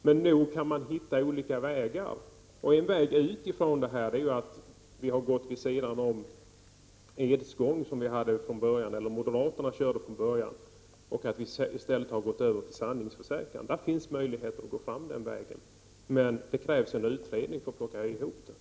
Men nog kan man hitta olika vägar, och en väg ut ifrån det här det är ju att vi har gått vid sidan om edsgång, som vi hade från början eller moderaterna körde från början, och att vi i stället har gått över till sanningsförsäkran. Där finns möjligheter att gå fram den vägen, men det krävs en utredning för att plocka ihop den.